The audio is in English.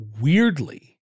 weirdly